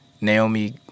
Naomi